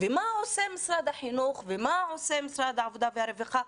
מה עושה משרד החינוך ומה עושה משרד העבודה והרווחה,